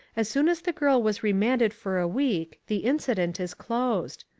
as soon as the girl was remanded for a week the incident is closed.